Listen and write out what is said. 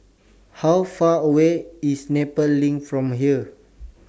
How Far away IS Nepal LINK from here